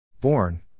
Born